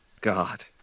God